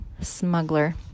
Smuggler